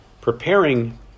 preparing